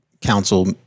council